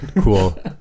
cool